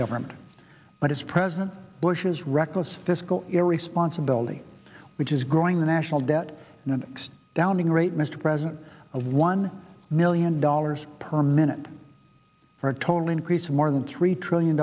government but as president bush's reckless fiscal irresponsibility which is growing the national debt next downing rate mr president of one million dollars per minute for a total increase more than three trillion